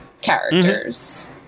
characters